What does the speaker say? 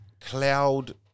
cloud